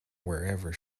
wherever